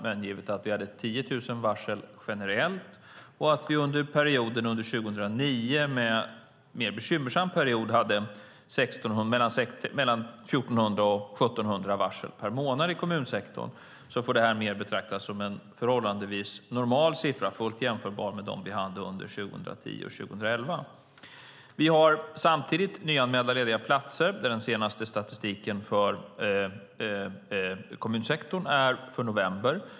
Men givet att vi hade 10 000 varsel generellt och att vi under 2009, en mer bekymmersam period, hade mellan 1 400 och 1 700 varsel per månad i kommunsektorn får detta betraktas som en förhållandevis normal siffra, fullt jämförbar med dem som vi hade under 2010 och 2011. Vi har samtidigt nyanmälda lediga platser. Den senaste statistiken för kommunsektorn är för november.